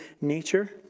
nature